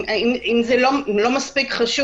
זה לא מספיק חשוב